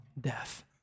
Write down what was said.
death